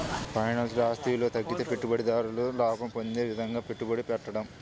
ఫైనాన్స్లో, ఆస్తి విలువ తగ్గితే పెట్టుబడిదారుడు లాభం పొందే విధంగా పెట్టుబడి పెట్టడం